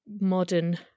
modern